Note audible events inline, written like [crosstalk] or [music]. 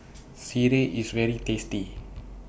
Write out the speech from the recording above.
[noise] Sireh IS very tasty